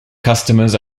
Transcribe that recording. customers